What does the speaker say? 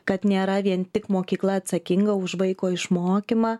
kad nėra vien tik mokykla atsakinga už vaiko išmokymą